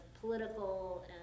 political